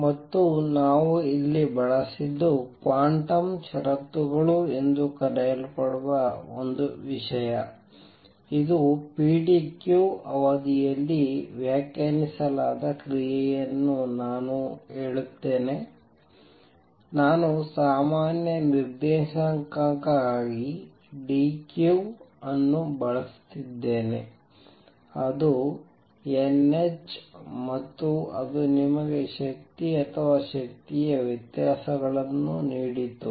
ಮತ್ತು ನಾವು ಇಲ್ಲಿ ಬಳಸಿದ್ದು ಕ್ವಾಂಟಮ್ ಷರತ್ತುಗಳು ಎಂದು ಕರೆಯಲ್ಪಡುವ ಒಂದು ವಿಷಯ ಇದು pdq ಅವಧಿಯಲ್ಲಿ ವ್ಯಾಖ್ಯಾನಿಸಲಾದ ಕ್ರಿಯೆಯನ್ನು ನಾನು ಹೇಳುತ್ತೇನೆ ನಾನು ಸಾಮಾನ್ಯ ನಿರ್ದೇಶಾಂಕಕ್ಕಾಗಿ dq ಅನ್ನು ಬಳಸುತ್ತಿದ್ದೇನೆ ಅದು n h ಮತ್ತು ಅದು ನಿಮಗೆ ಶಕ್ತಿ ಅಥವಾ ಶಕ್ತಿಯ ವ್ಯತ್ಯಾಸಗಳನ್ನು ನೀಡಿತು